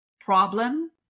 problem